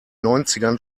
neunzigern